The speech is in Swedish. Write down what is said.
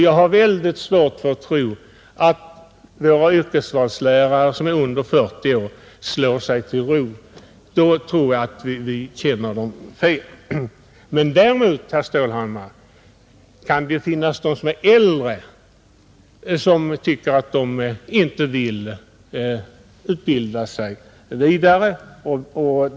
Jag har väldigt svårt att tro att yrkesvalslärare som är under 40 år slår sig till ro. Den som tror att de gör det känner nog inte dessa lärare. Däremot, herr Stålhammar, kan det finnas de som är äldre som tycker att de inte vill utbilda sig vidare.